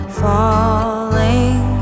falling